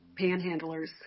Panhandlers